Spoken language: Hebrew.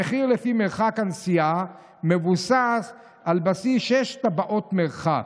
המחיר לפי מרחק הנסיעה מבוסס על בסיס שש טבעות מרחק,